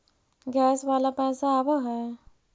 Gas वाला पैसा आव है?